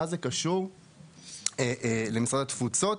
מה זה קשור למשרד התפוצות?